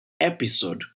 episode